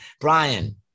Brian